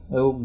eu